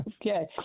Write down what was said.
Okay